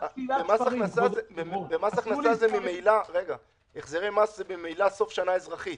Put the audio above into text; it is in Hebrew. החזרי מס הכנסה זה ממילא סוף שנה אזרחית.